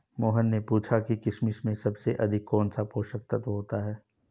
मोहन ने पूछा कि किशमिश में सबसे अधिक कौन सा पोषक तत्व होता है?